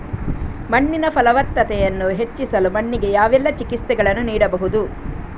ಮಣ್ಣಿನ ಫಲವತ್ತತೆಯನ್ನು ಹೆಚ್ಚಿಸಲು ಮಣ್ಣಿಗೆ ಯಾವೆಲ್ಲಾ ಚಿಕಿತ್ಸೆಗಳನ್ನು ನೀಡಬಹುದು?